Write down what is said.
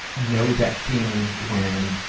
know that feeling when